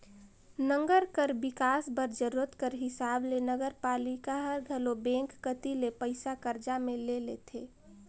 नंगर कर बिकास बर जरूरत कर हिसाब ले नगरपालिका हर घलो बेंक कती ले पइसा करजा में ले लेथे